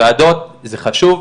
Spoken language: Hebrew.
ועדות זה חשוב,